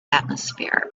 atmosphere